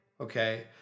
Okay